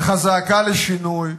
אך הזעקה לשינוי,